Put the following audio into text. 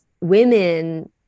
women